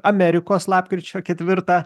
amerikos lapkričio ketvirtą